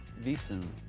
veesen.